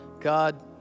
God